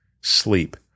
sleep